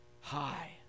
High